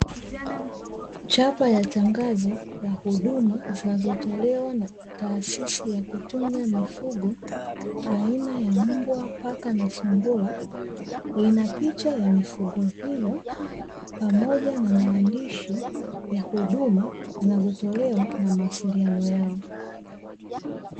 Chapa ya tangazo la huduma zinazotolewa na taasisi ya kutunza mifugo, aina ya: mbwa, paka, na sungura. Lina picha ya mifugo hiyo, pamoja na maandishi ya huduma zinazotolewa, na mawasiliano yao.